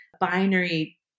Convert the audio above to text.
binary